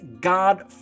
God